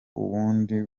uwundi